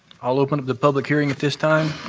i'll open the public hearing at this time.